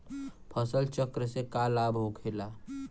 फसल चक्र से का लाभ होखेला?